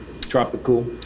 Tropical